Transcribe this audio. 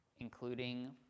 including